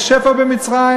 יש שפע במצרים,